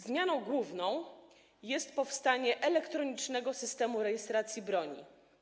Zmianą główną jest powstanie elektronicznego Systemu Rejestracji Broni.